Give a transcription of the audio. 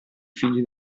figli